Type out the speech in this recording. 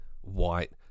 white